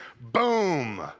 Boom